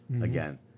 again